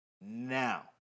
now